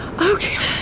Okay